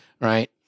Right